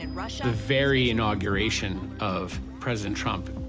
and the very inauguration of president trump,